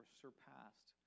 surpassed